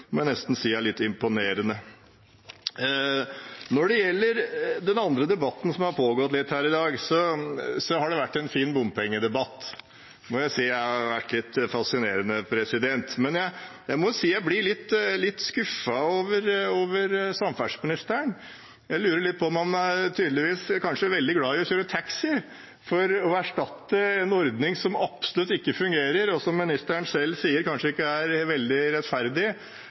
nesten si er litt imponerende. Når det gjelder den andre debatten som har pågått her i dag, har det vært en fin bompengedebatt. Det må jeg si har vært litt fascinerende. Men jeg må si at jeg blir litt skuffet over samferdselsministeren. Jeg lurer på om han kanskje er veldig glad i å kjøre taxi, for å erstatte en ordning som absolutt ikke fungerer, og som ministeren selv sier kanskje ikke er veldig rettferdig